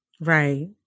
Right